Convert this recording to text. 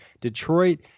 Detroit